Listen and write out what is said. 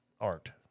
art